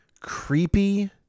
Creepy